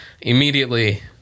immediately